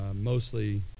mostly